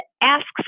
asks